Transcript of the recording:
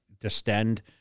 distend